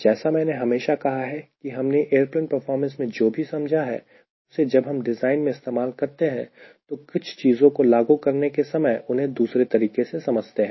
जैसा मैंने हमेशा कहा है कि हमने एयरप्लेन परफॉर्मेंस में जो भी समझा है उसे जब हम डिज़ाइन में इस्तेमाल करते हैं तो कुछ चीजों को लागू करने के समय उन्हें दूसरे तरीके से समझते हैं